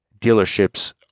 dealerships